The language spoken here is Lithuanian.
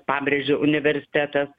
pabrėžiu universitetas